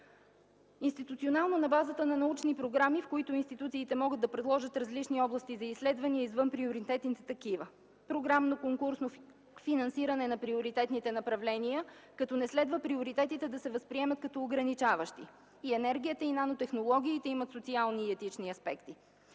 вече години. На базата на научни програми институциите могат да предложат различни области за изследване, извън приоритетните такива. Програмно конкурсно финансиране на приоритетните направления, като не следва приоритетите да се възприемат като ограничаващи. И енергията, и нанотехнологиите имат социални и етични аспекти.